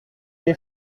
les